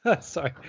Sorry